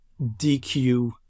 DQ